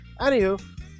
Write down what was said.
Anywho